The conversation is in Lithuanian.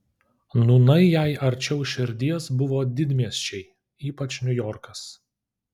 nūnai jai arčiau širdies buvo didmiesčiai ypač niujorkas